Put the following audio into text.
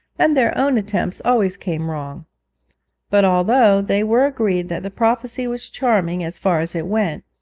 and their own attempts always came wrong but although they were agreed that the prophecy was charming as far as it went,